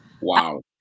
Wow